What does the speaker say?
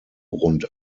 rund